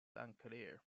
unclear